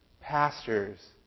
pastors